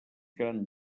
gran